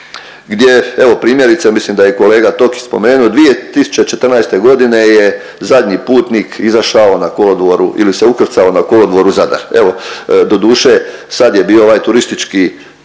gdje evo primjerice mislim da je i kolega Tokić spomenuo 2014. godine je zadnji putnik izašao na kolodvoru ili se ukrcao na kolodvor u Zadar. Evo doduše sad je bio ovaj turistički,